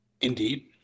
Indeed